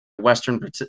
Western